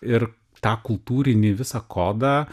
ir tą kultūrinį visą kodą